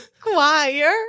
choir